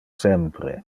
sempre